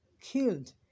killed